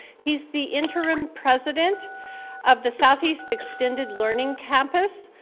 he's the interim president of the southeast extended learning campus.